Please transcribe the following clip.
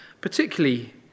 particularly